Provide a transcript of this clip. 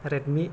Redmi